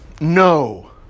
No